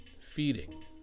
feeding